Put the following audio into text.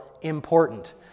important